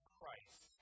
Christ